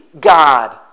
God